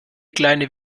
kleine